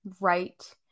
Right